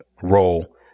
role